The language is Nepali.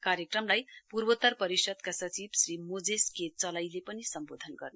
कार्यक्रमलाई पूर्वोत्तर परिषद्का सचिव श्री मोजेस के चलाईले पनि सम्बोधन गर्न्भयो